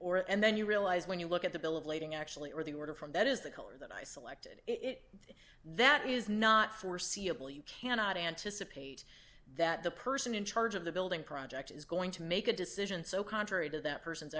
or and then you realize when you look at the bill of lading actually or the order form that is the color that i selected it that is not foreseeable you cannot anticipate that the person in charge of the building project is going to make a decision so contrary to that person's